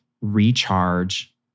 recharge